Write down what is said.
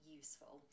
useful